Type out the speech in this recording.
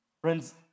Friends